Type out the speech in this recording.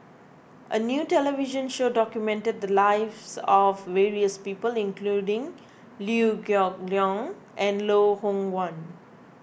a new television show documented the lives of various people including Liew Geok Leong and Loh Hoong Kwan